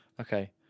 Okay